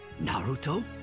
Naruto